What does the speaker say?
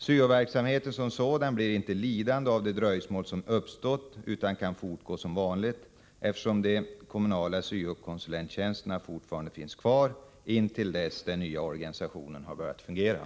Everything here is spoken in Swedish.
Syo-verksamheten som sådan blir inte lidande av det dröjsmål som uppstått utan kan fortgå som vanligt, eftersom de kommunala syo-konsulenttjänsterna fortfarande finns kvar intill dess andra tjänster inrättas.